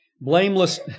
Blameless